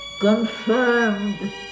confirmed